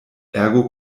ergo